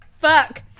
Fuck